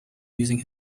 using